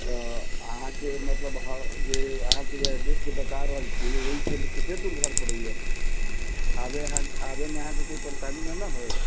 त अहाँके मतलब जे अहाँके जे एड्रेस जे बताए रहल छी ओहिसे कते दूर घर परैया आबै आबै मे अहाँके कोइ परेशानी न न होइत